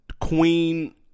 Queen